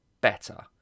better